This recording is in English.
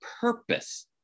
purpose